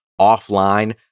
offline